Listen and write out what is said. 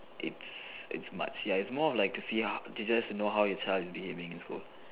it's it's much ya it's more of like to see how to just to know how your child is behaving in school